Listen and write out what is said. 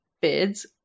bids